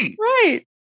Right